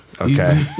Okay